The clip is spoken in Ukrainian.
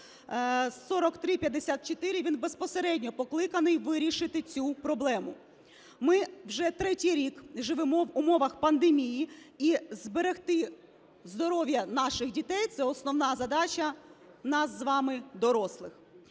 4354, він безпосередньо покликаний вирішити цю проблему. Ми вже третій рік живемо в умовах пандемії, і зберегти здоров'я наших дітей – це основна задача нас з вами, дорослих.